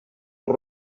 heu